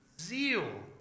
Zeal